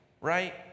right